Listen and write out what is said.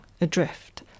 adrift